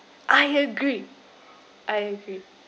I agree I agree